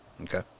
Okay